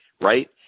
Right